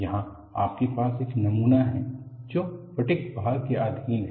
यहां आपके पास एक नमूना है जो फटिग भार के अधीन है